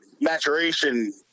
maturation